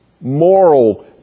moral